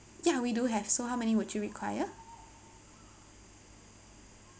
ya we do have so how many would you require